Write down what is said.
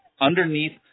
underneath